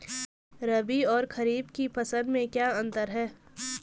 रबी और खरीफ की फसल में क्या अंतर है?